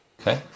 Okay